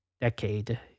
decade